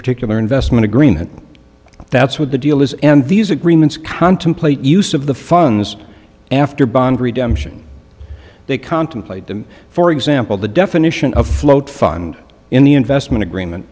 particular investment agreement that's what the deal is and these agreements contemplate use of the funds after bond redemption they contemplate them for example the definition of float fund in the investment agreement